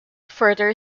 further